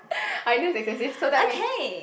I know it's excessive so tell me